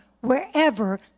wherever